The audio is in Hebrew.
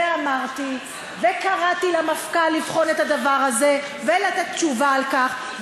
אמרתי וקראתי למפכ"ל לבחון את הדבר הזה ולתת תשובה על כך.